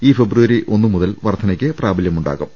ഈ ഫെബ്രുവരി ഒന്നുമുതൽ വർധനയ്ക്ക് പ്രാബല്യമു ണ്ടാകും